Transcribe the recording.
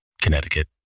Connecticut